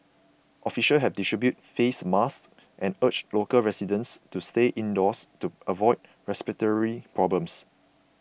officials have distributed face masks and urged local residents to stay indoors to avoid respiratory problems